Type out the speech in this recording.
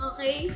Okay